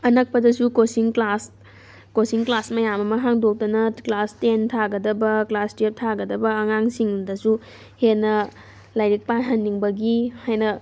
ꯑꯅꯛꯄꯗꯁꯨ coaching class coaching class ꯃꯌꯥꯝ ꯑꯃ ꯍꯥꯡꯗꯣꯛꯇꯅ ꯀ꯭ꯂꯥꯁ ꯇꯦꯟ ꯊꯥꯒꯗꯕ ꯀ꯭ꯂꯥꯁ ꯇꯨꯋꯦꯜꯕ ꯊꯥꯒꯗꯕ ꯑꯉꯥꯡꯁꯤꯡꯗꯁꯨ ꯍꯦꯟꯅ ꯂꯥꯏꯔꯤꯛ ꯄꯥꯍꯟꯅꯤꯡꯕꯒꯤ ꯍꯦꯟꯅ